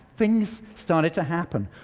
things started to happen.